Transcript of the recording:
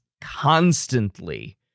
constantly